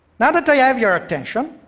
now that i ah have your attention,